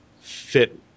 fit